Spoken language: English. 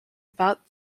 about